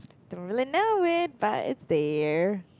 don't really know it but it's there